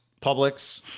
Publix